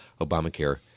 Obamacare